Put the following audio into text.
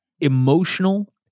emotional